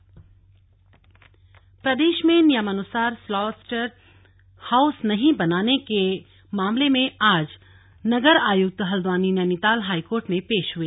high court on slaughter house प्रदेश में नियमानुसार स्लॉटर हाउस नहीं बनाने के मामले में आज नगर आयुक्त हल्द्वानी नैनीताल हाईकोर्ट में पेश हुए